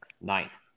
Ninth